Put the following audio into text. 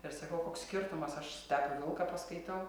ir sakau koks skirtumas aš stepių vilką paskaitau